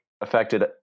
affected